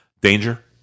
danger